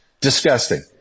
Disgusting